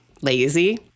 lazy